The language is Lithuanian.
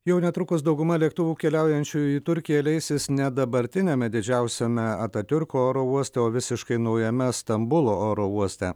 jau netrukus dauguma lėktuvų keliaujančių į turkiją leisis ne dabartiniame didžiausiame atatiurko oro uoste o visiškai naujame stambulo oro uoste